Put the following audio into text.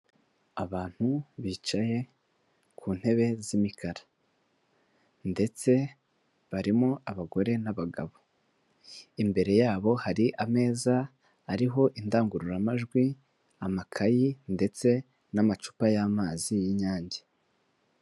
Abantu bicaye ku ntebe z'imikara. Ndetse barimo abagore n'abagabo. Imbere yabo hari ameza ariho indangururamajwi, amakayi, ndetse n'amacupa y'amazi y'inyange.